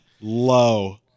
low